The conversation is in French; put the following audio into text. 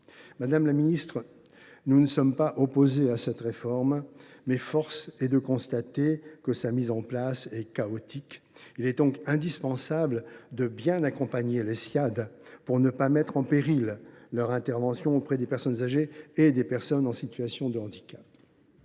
Madame la ministre, nous ne sommes pas opposés à cette réforme, mais force est de constater que sa mise en place est chaotique. Il est donc indispensable de bien accompagner les Ssiad, pour ne pas mettre en péril leur intervention auprès des personnes âgées et des personnes en situation de handicap.